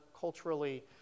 culturally